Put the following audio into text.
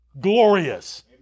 glorious